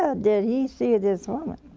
ah did he see this woman?